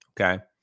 Okay